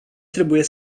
trebuie